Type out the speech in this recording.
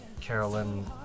Carolyn